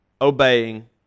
obeying